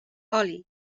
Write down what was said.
oli